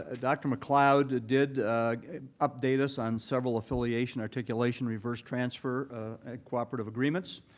ah dr. mccloud did update us on several affiliation articulation reverse transfer cooperative agreements,